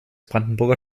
brandenburger